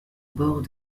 bord